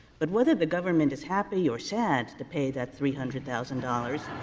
but whether the government is happy or sad to pay that three hundred thousand dollars,